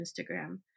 Instagram